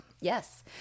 Yes